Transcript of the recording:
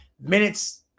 minutes